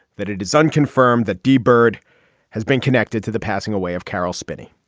that it is unconfirmed that d byrd has been connected to the passing away of caroll spinney